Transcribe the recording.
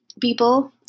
people